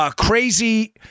crazy